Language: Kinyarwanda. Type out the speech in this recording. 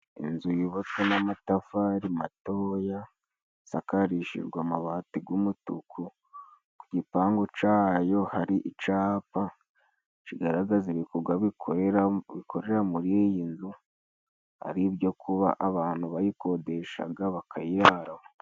Inzu yubatswe n'amatafari matoya isakarishijwe amabati g'umutuku, ku gipangu cayo hari icapa, kigaragaza ibikogwa bikorera bikorera muri iyi nzu, ari ibyo kuba abantu bayikodeshaga bakayiramo.